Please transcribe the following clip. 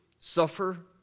suffer